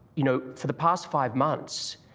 you know, for the past five months,